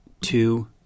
two